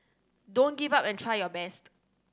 don't give up and try your best